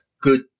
good